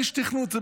איש תכנות,